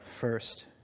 first